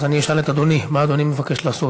אז אשאל את אדוני: מה אדוני מבקש לעשות?